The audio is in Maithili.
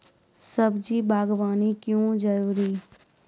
सब्जी बागवानी क्यो जरूरी?